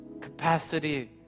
capacity